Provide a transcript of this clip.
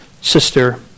sister